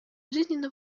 жизненно